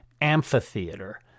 amphitheater